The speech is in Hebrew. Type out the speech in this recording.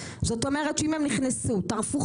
זאת אומרת שאם הם נכנסו טרפו,